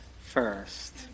first